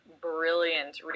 brilliant